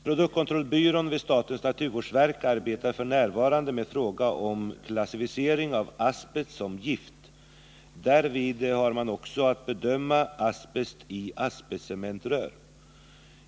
Produktkontrollbyrån vid statens naturvårdsverk arbetar f. n. med frågan om klassificering av asbest som gift. Därvid har man också att bedöma asbest i asbestcementrör.